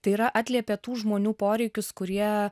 tai yra atliepia tų žmonių poreikius kurie